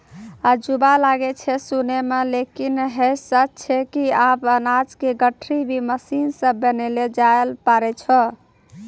अजूबा लागै छै सुनै मॅ लेकिन है सच छै कि आबॅ अनाज के गठरी भी मशीन सॅ बनैलो जाय लॅ पारै छो